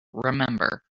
remember